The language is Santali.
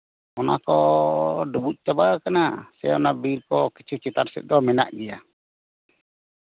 ᱚᱱᱟ ᱰᱩᱵᱩᱡ ᱪᱟᱵᱟᱣ ᱠᱟᱱᱟ ᱥᱮ ᱵᱤᱨ ᱠᱚ ᱠᱤᱪᱷᱩ ᱪᱮᱛᱟᱱ ᱥᱮᱜ ᱫᱚ ᱢᱮᱱᱟᱜ ᱜᱮᱭᱟ